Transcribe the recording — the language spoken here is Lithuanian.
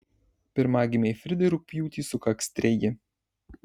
pirmagimei fridai rugpjūtį sukaks treji